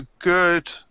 good